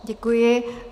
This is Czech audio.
Děkuji.